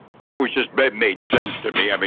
so was just bed-made sense to me. i mean,